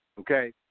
okay